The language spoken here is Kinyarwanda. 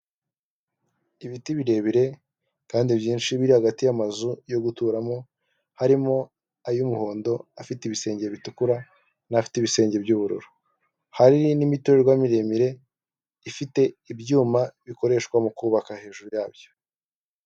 Ibiti birebire kandi byinshi biri hagati y'amazu yo guturamo harimo ay'umuhondo afite ibisenge bitukura n'afite ibisenge by'ubururu, hari n'imitererwa miremire ifite ibyuma bikoreshwa mu kubaka hejuru yabyo.